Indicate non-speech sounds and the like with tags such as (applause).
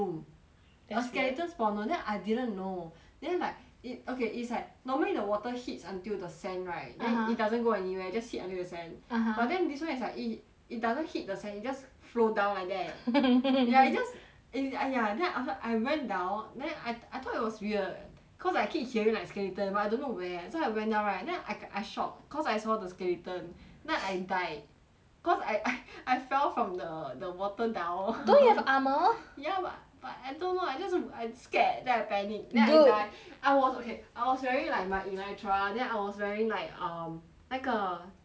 your skeleton spawner then I didn't know then like it okay it's like normally the water hits until the sand right (uh huh) then it doesn't go anywhere just hit until the sand (uh huh) but then this [one] is like it it doesn't hit the sand it just flow down like that (laughs) ya it just it !aiya! then after I went down then I I thought it was weird cause I keep hearing like skeleton but I don't know where so I went down right then I I shock cause I saw the skeleton then I died cause I I I fell from the the water down don't you have armour ya but but I don't know I just I scared then I panic then I die dude I was okay I was wearing like my elytra then I was wearing like um 那个那个叫什么